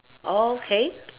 okay